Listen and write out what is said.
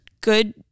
good